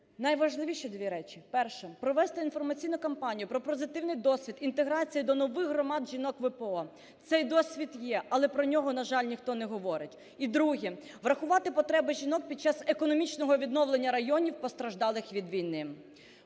найважливіші дві речі. Перше – провести інформаційну кампанію про позитивний досвід інтеграції до нових громад жінок ВПО. Цей досвід є, але про нього, на жаль, ніхто не говорить. І друге – врахувати потреби жінок під час економічного відновлення районів, постраждалих від війни.